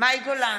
מאי גולן,